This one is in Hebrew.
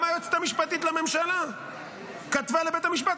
גם היועצת המשפטית לממשלה כתבה לבית המשפט: